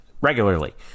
regularly